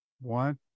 One